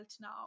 now